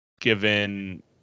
given